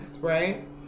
right